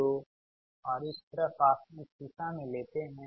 तो और इस तरफ आप इस दिशा में लेते है